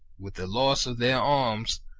with the loss of their arms,